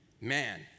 Man